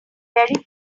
berry